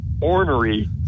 ornery